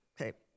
okay